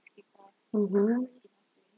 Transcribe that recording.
mmhmm